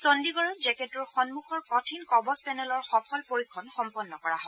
চণ্ডিগড়ত জেকেটটোৰ সন্মুখৰ কঠিন কবচ পেনেলৰ সফল পৰীক্ষণ সম্পন্ন কৰা হয়